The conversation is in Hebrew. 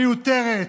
מיותרת,